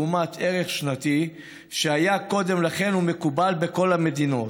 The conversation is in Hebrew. לעומת ערך שנתי שהיה קודם לכן ומקובל בכל המדינות.